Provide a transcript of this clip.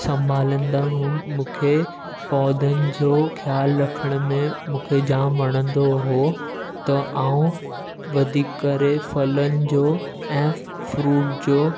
संभालंदा हूं मूंखे पौधनि जो ख़्यालु रखण में मूंखे जामु वणंदो हो त आउं वधीक करे फलनि जो ऐं फ फ्रुट जो